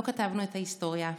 לא כתבנו את ההיסטוריה,